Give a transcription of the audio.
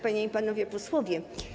Panie i Panowie Posłowie!